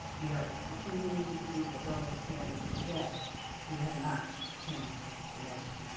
we are continuing to be the gold standard, but yet we have not changed the measure.